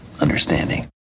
understanding